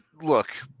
look